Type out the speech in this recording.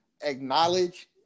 acknowledge